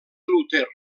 luter